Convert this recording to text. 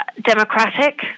democratic